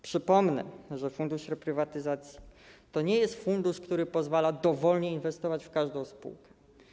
Przypomnę, że Fundusz Reprywatyzacji to nie jest fundusz, który pozwala dowolnie inwestować w każdą spółkę.